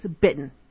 bitten